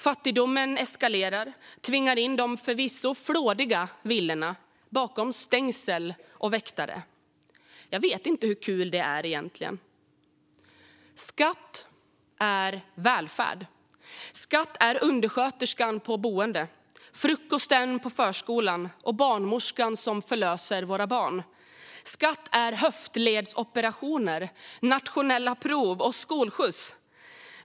Fattigdomen eskalerar och tvingar in de förvisso flådiga villorna bakom stängsel och väktare. Jag vet inte hur kul det är. Skatt är välfärd. Skatt är undersköterskan på boendet, frukosten på förskolan och barnmorskan som förlöser våra barn. Skatt är höftledsoperationer, nationella prov och skolskjuts.